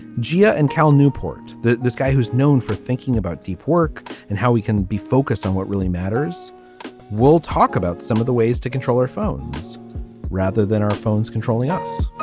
gia and cal newport this guy who's known for thinking about deep work and how he can be focused on what really matters we'll talk about some of the ways to control our phones rather than our phones controlling us